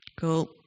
Cool